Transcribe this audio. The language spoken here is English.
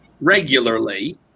regularly